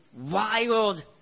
Wild